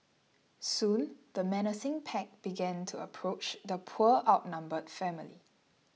soon the menacing pack began to approach the poor outnumbered family